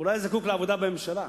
הוא לא היה זקוק לעבודה בממשלה.